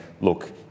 look